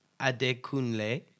Adekunle